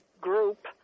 group